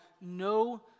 no